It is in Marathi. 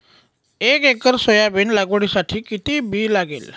एक एकर सोयाबीन लागवडीसाठी किती बी लागेल?